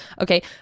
Okay